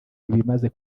ibimaze